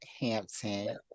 Hampton